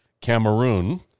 Cameroon